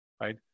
right